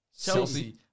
Chelsea